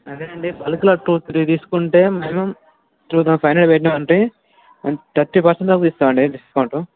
అదే అండి బల్క్లో టూ త్రీ తీసుకుంటే maximum two thousand five hundred పెట్టినాం అంటే థర్టీ పర్సంట్ దాకా ఇస్తాం అండి డిస్కౌంట్